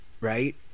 right